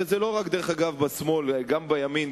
דרך אגב זה לא רק בשמאל, אלא גם בימין.